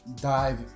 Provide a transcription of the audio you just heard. dive